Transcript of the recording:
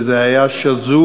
וזה היה שזור,